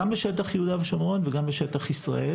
גם בשטח יהודה ושומרון וגם בשטח ישראל